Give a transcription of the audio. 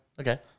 Okay